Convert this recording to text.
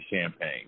champagne